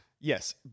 Yes